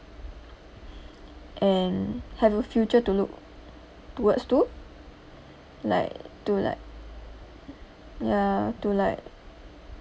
and have a future to look towards to like to like ya to like